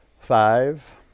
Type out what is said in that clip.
Five